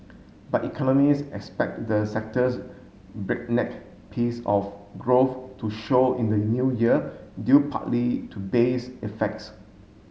but economists expect the sector's breakneck pace of growth to show in the new year due partly to base effects